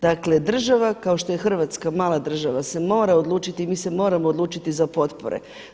Dakle, država kao što je Hrvatska, mala država se mora odlučiti i mi se moramo odlučiti za potpore.